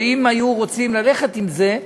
שאם היו רוצים ללכת עם זה,